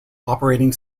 operating